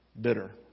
bitter